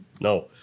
No